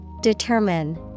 Determine